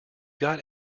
got